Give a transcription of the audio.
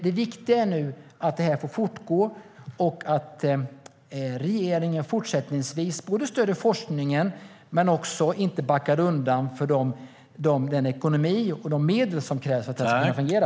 Det viktiga är nu att det här får fortgå och att regeringen fortsättningsvis stöder forskningen och inte backar undan för den ekonomi och de medel som krävs för att det här ska kunna fungera.